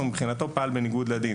כי מבחינתו הוא פעל בניגוד לדין